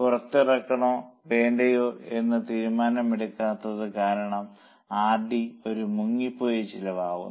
പുറത്തിറക്കണോ വേണ്ടേ എന്ന തീരുമാനമെടുക്കാത്തത് കാരണം ആർ ഡി R D ഒരു മുങ്ങിപ്പോയ ചെലവാകുന്നു